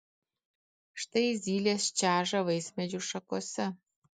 štai zylės čeža vaismedžių šakose